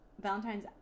Valentine's